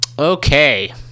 Okay